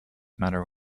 matter